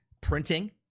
printing